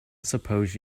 suppose